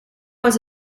was